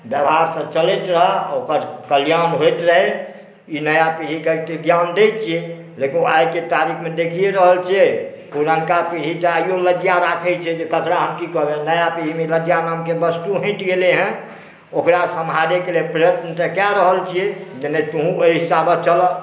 व्यवहार से चलैत रहै ओकर कल्याण होइत रहै ई नया पीढ़ीकेँ तऽ ज्ञान दैत छी लेकिन ओ आइके तारीखमे देखिये रहल छियै पुरनका पीढ़ी टा आइयो लज्जा राखै छै जे ककरा की कहबै लेकिन नया पीढ़ीमे लज्जा नामके वस्तु हटि गेलै हँ ओकरा सम्हारैके लेल प्रयत्न तऽ कय रहल छियै जे नहि तुहु हमरा हिसाबे चलऽ